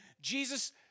Jesus